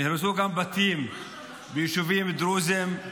נהרסו בתים גם ביישובים דרוזיים.